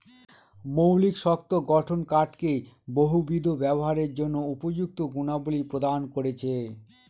মৌলিক শক্ত গঠন কাঠকে বহুবিধ ব্যবহারের জন্য উপযুক্ত গুণাবলী প্রদান করেছে